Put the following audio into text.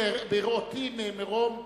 בראותי ממרום הבמה,